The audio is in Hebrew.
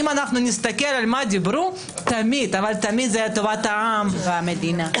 אם נסתכל על מה דיברו תמיד אבל תמיד היה טובת העם וזכויות